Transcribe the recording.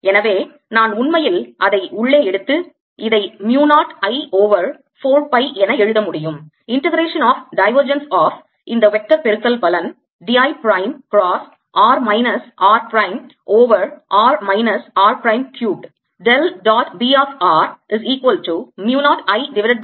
எனவே நான் உண்மையில் அதை உள்ளே எடுத்து இதை mu 0 I ஓவர் 4 பை என எழுத முடியும் இண்டெகரேஷன் ஆப் divergence of இந்த வெக்டர் பெருக்கல் பலன் d I prime cross r minus r prime over r minus r prime cubed